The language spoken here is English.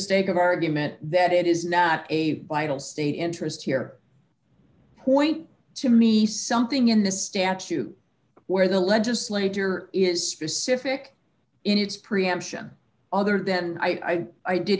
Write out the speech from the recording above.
sake of argument that it is not a vital state interest here point to me something in that statute where the legislature is specific in these preemption other than i i did